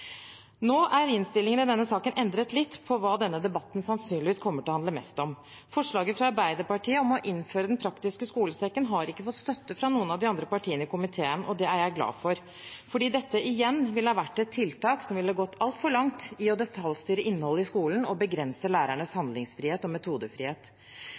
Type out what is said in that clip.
Nå er innstillingen i denne saken endret litt når det gjelder hva denne debatten sannsynligvis kommer til å handle mest om. Forslaget fra Arbeiderpartiet om å innføre Den praktiske skolesekken har ikke støtte fra noen av de andre partiene i komiteen, og det er jeg glad for, for dette ville igjen vært et tiltak som ville gått altfor langt i å detaljstyre innholdet i skolen og begrense lærernes